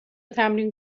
تمرین